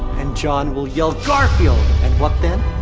and jon will yell garfield! and what then?